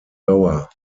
dauer